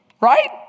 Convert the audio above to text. right